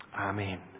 Amen